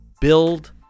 build